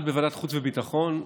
אחד בוועדת החוץ והביטחון,